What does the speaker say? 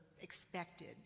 expected